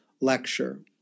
lecture